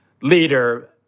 leader